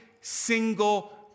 single